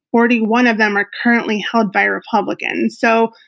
forty one of them are currently held by republicans. so,